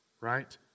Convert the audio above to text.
right